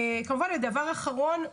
דבר אחרון,